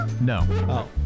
No